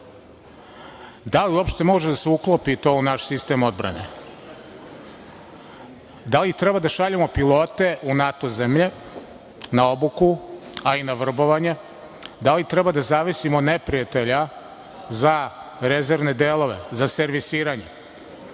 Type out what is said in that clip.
Da li uopšte može da se uklopi to u naš sistem odbrane? Da li treba da šaljemo pilote u NATO zemlje na obuku, a i na vrbovanje? Da li treba da zavisimo od neprijatelja za rezervne delove, za servisiranje?